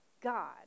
God